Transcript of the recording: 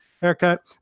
haircut